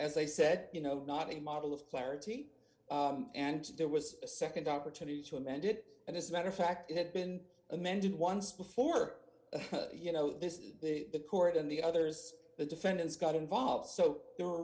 as i said you know not a model of clarity and there was a nd opportunity to amend it and as a matter of fact it had been amended once before you know this is the court and the others the defendants got involved so the